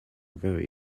very